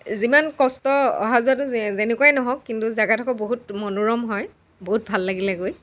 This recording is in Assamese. যিমান কষ্ট অহা যোৱাটো যেনেকুৱাই নহওঁক কিন্তু জেগাডোখৰ বহুত মনোৰম হয় বহুত ভাল লাগিলে গৈ